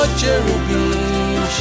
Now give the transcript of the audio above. cherubim